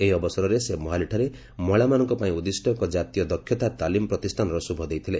ଏହି ଅବସରରେ ସେ ମୋହାଲିଠାରେ ମହିଳାମାନଙ୍କ ପାଇଁ ଉଦ୍ଦିଷ୍ଟ ଏକ ଜାତୀୟ ଦକ୍ଷତା ତାଲିମ ପ୍ରତିଷ୍ଠାନର ଶୁଭ ଦେଇଥିଲେ